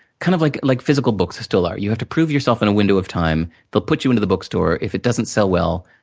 kind of like like physical books still are. you have to prove yourself in a window of time, they'll put you into the bookstore, if it doesn't sell well,